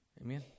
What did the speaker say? Amen